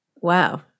Wow